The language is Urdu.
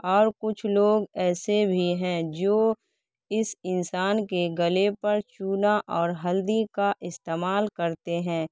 اور کچھ لوگ ایسے بھی ہیں جو اس انسان کے گلے پر چونا اور ہلدی کا استعمال کرتے ہیں